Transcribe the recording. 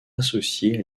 associée